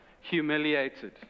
humiliated